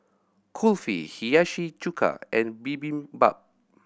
Kulfi Hiyashi Chuka and Bibimbap